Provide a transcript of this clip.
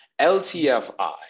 LTFI